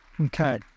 Okay